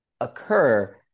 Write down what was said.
occur